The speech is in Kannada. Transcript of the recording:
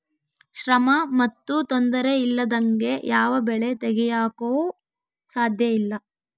ಶ್ರಮ ಮತ್ತು ತೊಂದರೆ ಇಲ್ಲದಂಗೆ ಯಾವ ಬೆಳೆ ತೆಗೆಯಾಕೂ ಸಾಧ್ಯಇಲ್ಲ